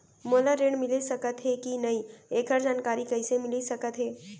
मोला ऋण मिलिस सकत हे कि नई एखर जानकारी कइसे मिलिस सकत हे?